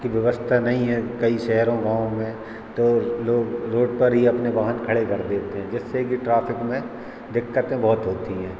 की व्यवस्था नहीं है कई शहरों गाँव में तो लोग रोड पर ही अपने वाहन खड़े कर देते हैं जिससे कि ट्राफ़िक में दिक़्क़तें बहुत होती हैं